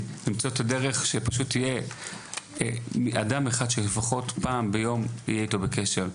שלפחות יהיה אדם שפעם אחת ביום יהיה אתו בקשר.